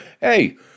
hey